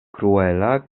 kruela